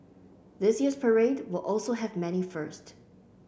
this year's parade will also have many first